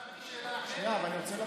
שאלתי שאלה אחרת.